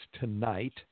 tonight